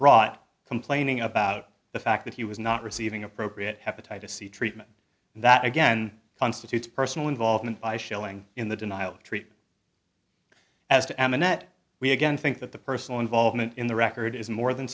brought complaining about the fact that he was not receiving appropriate hepatitis c treatment that again constitutes personal involvement by shelling in the denial treat as to and that we again think that the personal involvement in the record is more than